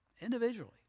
Individually